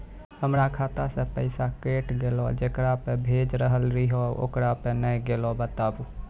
हमर खाता से पैसा कैट गेल जेकरा पे भेज रहल रहियै ओकरा पे नैय गेलै बताबू?